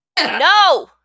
No